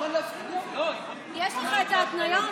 יש לך את ההתניות?